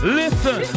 listen